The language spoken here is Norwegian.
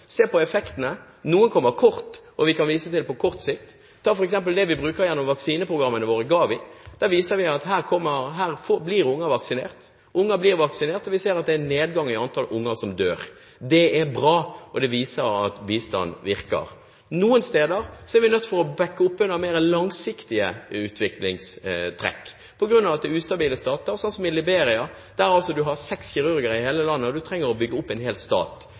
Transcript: på effektene. Noen kommer som vi kan vise til, på kort sikt, f.eks. det vi bruker gjennom vaksineprogrammet vårt, GAVI. Det viser at unger blir vaksinert, og vi ser at det er en nedgang i antall unger som dør. Det er bra, og det viser at bistanden virker. Noen steder er vi nødt til å bakke opp under mer langsiktige utviklingstrekk på grunn av at det er ustabile stater, sånn som i Liberia, der man har seks kirurger i hele landet, og man trenger å bygge opp en hel stat.